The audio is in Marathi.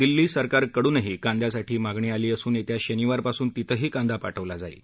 दिल्ली सरकारकडूनही कांद्यासाठी मागणी आली असून येत्या शनिवारपासून तिथंही कांदा पाठवला जाईल